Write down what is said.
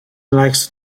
likes